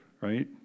right